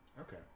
okay